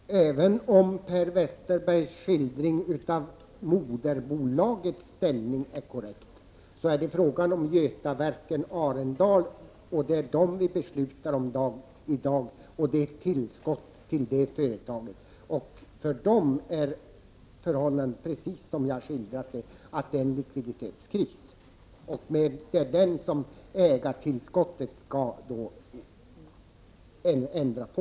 Herr talman! Även om Per Westerbergs skildring av moderbolagets ställning är korrekt, är det här fråga om Götaverken Arendal. Det är det företaget vi beslutar om i dag. Det gäller således tillskottet till just det företaget. Götaverken Arendals ställning är precis så som jag har skildrat den. Det är en likviditetskris. Det är den som ägartillskottet skall ändra på.